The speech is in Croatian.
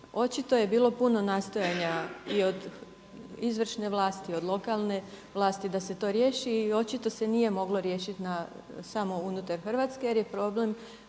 Očito je bilo puno nastojanja i od izvršne vlasti, od lokalne vlasti da se to riješi i očito se nije moglo riješiti na samo unutar Hrvatske jer je problem